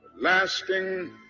Lasting